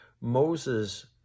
Moses